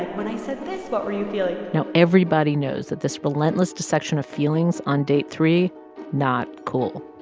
when i said this, what were you feeling? now, everybody knows that this relentless dissection of feelings on date three not cool.